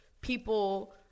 people